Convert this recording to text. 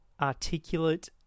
articulate